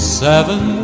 seven